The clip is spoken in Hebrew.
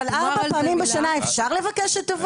אבל אפשר לבקש שתבואו ארבע פעמים בשנה?